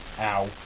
Ow